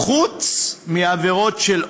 חוץ מעבירות של אונס,